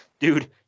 Dude